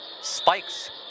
spikes